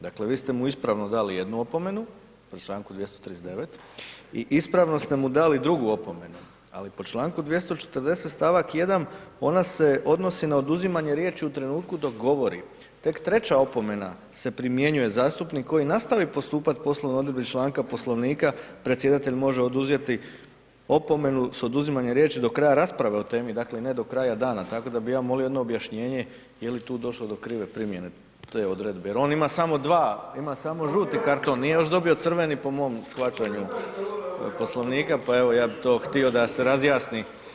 Dakle, vi ste mu ispravno dali jednu opomenu po članku 239., i ispravno ste mu dali drugu opomenu, ali po članku 240., stavak 1., ona se odnosi na oduzimanje riječi u trenutku dok govori, tek treća opomena se primjenjuje, zastupnik koji nastavi postupat ... odredbi članka Poslovnika, predsjedatelj može oduzeti opomenu s oduzimanjem riječi do kraja rasprave o temi, dakle, ne do kraja dana, tako da bih ja molio jedno objašnjenje je li tu došlo do krive primjene te odredbe, jer on ima samo dva, ima samo žuti karton, nije još dobio crveni po mom shvaćanju Poslovnika, pa evo ja bih to htio da se razjasni.